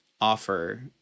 offer